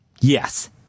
Yes